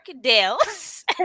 Dales